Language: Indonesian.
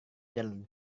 jalan